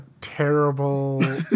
terrible